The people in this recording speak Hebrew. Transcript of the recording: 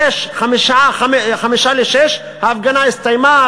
בשעה 17:55 ההפגנה הסתיימה,